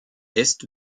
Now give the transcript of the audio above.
est